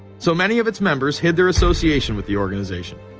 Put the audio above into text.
so many of its members hid their association with the organization.